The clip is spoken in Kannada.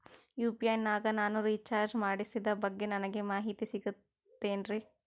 ಯು.ಪಿ.ಐ ನಾಗ ನಾನು ರಿಚಾರ್ಜ್ ಮಾಡಿಸಿದ ಬಗ್ಗೆ ನನಗೆ ಮಾಹಿತಿ ಸಿಗುತೇನ್ರೀ?